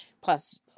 Plus